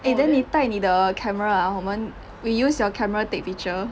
eh then 你带你的 camera ah 我们 we use your camera take picture